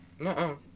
no